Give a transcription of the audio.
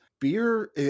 beer